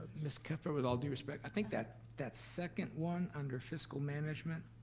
miss cuthbert, with all due respect, i think that that second one under fiscal management?